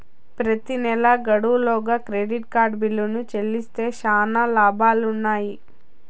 ప్రెతి నెలా గడువు లోగా క్రెడిట్ కార్డు బిల్లుని చెల్లిస్తే శానా లాబాలుండిన్నాయి